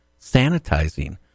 sanitizing